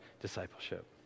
discipleship